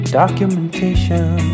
documentation